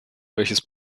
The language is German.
welches